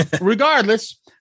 regardless